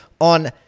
on